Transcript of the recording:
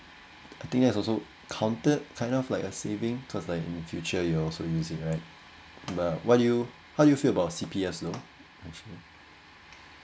I think that's also counted kind of like a saving cause like in future you also using right but what do you how do you feel about C_P_F also